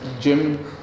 gym